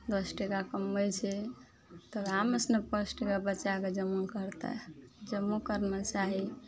दस टाका कमबय छै तऽ ओहेमेसँ नओ पाँच टाका बचाके जमा करतय जमो करना चाही